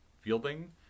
Fielding